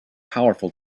powerful